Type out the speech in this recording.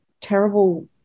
terrible